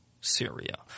Syria